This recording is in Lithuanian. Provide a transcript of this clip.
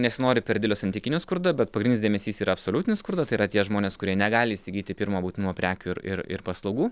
nesinori per didelio santykinio skurdo bet pagrindinis dėmesys yra absoliutinio skurdo tai yra tie žmonės kurie negali įsigyti pirmo būtinumo prekių ir ir ir paslaugų